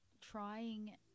trying